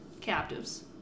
captives